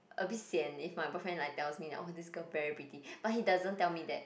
a bit sian if my boyfriend like tells me like oh this girl very pretty but he doesn't tell me that